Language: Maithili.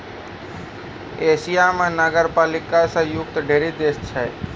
एशिया म नगरपालिका स युक्त ढ़ेरी देश छै